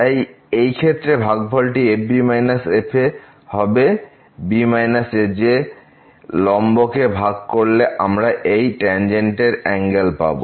তাই এই ক্ষেত্রে ভাগফলটি fb f হবে b a যে লম্ব কে ভাগ করলে আমরা এই ট্যানজেন্টটির অ্যাঙ্গেল পাব